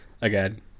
again